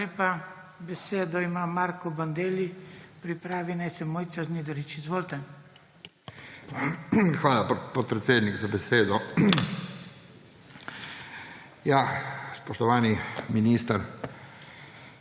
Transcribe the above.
Hvala, podpredsednik, za besedo. Spoštovani minister,